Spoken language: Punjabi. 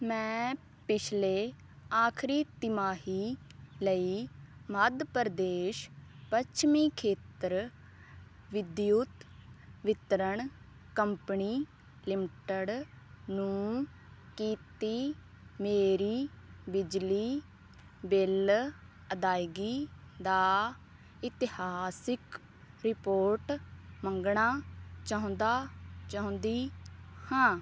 ਮੈਂ ਪਿਛਲੇ ਆਖਰੀ ਤਿਮਾਹੀ ਲਈ ਮੱਧ ਪ੍ਰਦੇਸ਼ ਪੱਛਮੀ ਖੇਤਰ ਵਿਦਯੁਤ ਵਿਤਰਨ ਕੰਪਨੀ ਲਿਮਟਿਡ ਨੂੰ ਕੀਤੀ ਮੇਰੀ ਬਿਜਲੀ ਬਿੱਲ ਅਦਾਇਗੀ ਦਾ ਇਤਿਹਾਸਕ ਰਿਪੋਰਟ ਮੰਗਣਾ ਚਾਹੁੰਦਾ ਚਾਹੁੰਦੀ ਹਾਂ